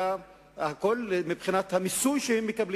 וכל מה שהם מקבלים מבחינת המיסוי,